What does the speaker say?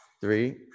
three